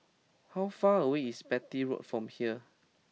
how far away is Beatty Road from here